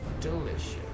Delicious